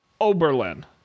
Oberlin